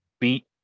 beat